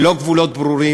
ללא גבולות ברורים,